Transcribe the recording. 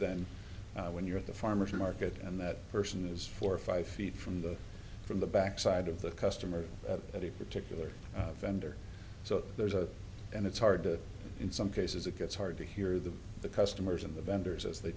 than when you're at the farmer's market and that person is four or five feet from the from the back side of the customer at a particular vendor so there's a and it's hard to in some cases it gets hard to hear the the customers and the vendors as they